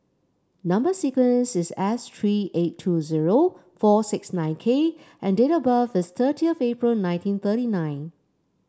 number sequence is S three eight two zero four six nine K and date of birth is thirtieth April nineteen thirty nine